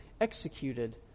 executed